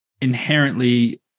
inherently